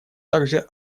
также